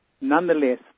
Nonetheless